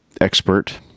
expert